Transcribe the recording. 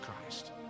Christ